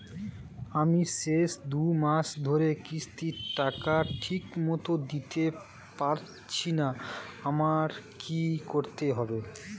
আমি শেষ দুমাস ধরে কিস্তির টাকা ঠিকমতো দিতে পারছিনা আমার কি করতে হবে?